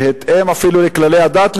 בהתאם אפילו לכללי הדת,